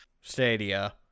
stadia